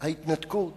ההתנתקות